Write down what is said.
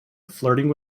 flirting